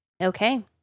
Okay